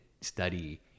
study